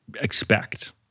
expect